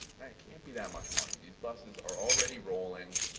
it can't be that much money. these buses are already rolling.